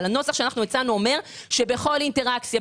אבל הנוסח שאנחנו הצענו אומר שבכל אינטראקציה,